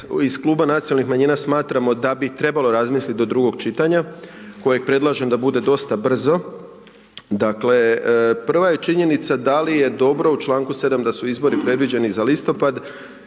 iz Kluba Nacionalnih manjina smatramo da bi trebalo razmisliti do drugog čitanja, koje predlažemo da bude dosta brzo, dakle, prva je činjenica da li je dobro u čl. 7. da su izbori predviđeni za listopad,